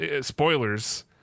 spoilers